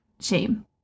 shame